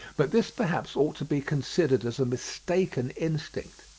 but this perhaps ought to be considered as a mistaken instinct.